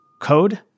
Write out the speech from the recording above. code